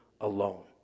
alone